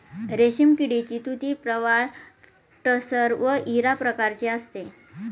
रेशीम किडीची तुती प्रवाळ टसर व इरा प्रकारची असते